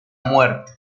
muerte